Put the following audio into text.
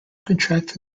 contract